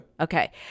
Okay